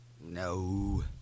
No